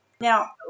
Now